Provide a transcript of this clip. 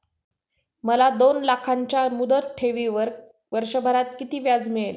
मला दोन लाखांच्या मुदत ठेवीवर वर्षभरात किती व्याज मिळेल?